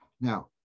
Now